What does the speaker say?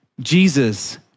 Jesus